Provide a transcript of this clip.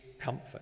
comfort